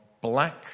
black